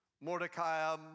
Mordecai